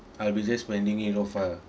I'll just spending it